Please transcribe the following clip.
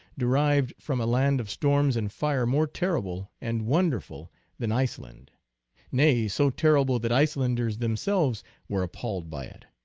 derived from a land of storms and fire more terrible and wonderful than iceland nay, so terrible that icelanders them selves were appalled by it.